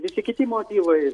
visi kiti motyvai